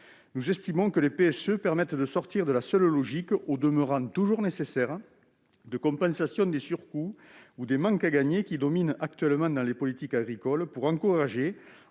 Nous estimons que les PSE permettent de sortir de la seule logique, au demeurant toujours nécessaire, de compensation des surcoûts ou des manques à gagner, qui domine actuellement dans les politiques agricoles, et d'encourager,